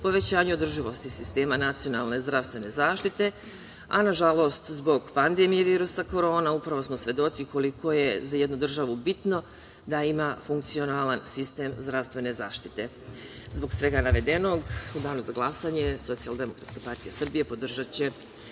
povećanju održivosti sistema nacionalne zdravstvene zaštitite, a nažalost, zbog pandemije virusa Korona upravo smo svedoci koliko je za jednu državu bitno da ima funkcionalan sistem zdravstvene zaštite. Zbog svega navedenog, u danu za glasanje Socijaldemokratska partija Srbije podržaće